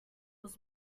was